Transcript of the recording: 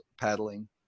paddling